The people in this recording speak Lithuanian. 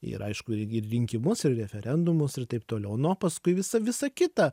ir aišku ir į rinkimus ir referendumus ir taip toliau nu o paskui visa visa kita